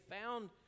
found